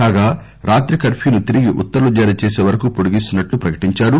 కాగా రాత్రి కర్ఫ్యూను తిరిగి ఉత్తర్వులు జారీచేసి వరకు పొడిగిస్తున్నట్టు ప్రకటించారు